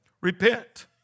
Repent